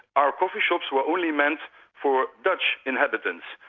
our coffee-shops were only meant for dutch inhabitants.